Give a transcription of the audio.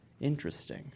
interesting